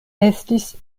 estis